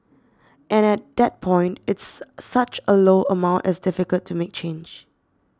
and at that point it's such a low amount it's difficult to make change